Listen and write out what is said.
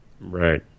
Right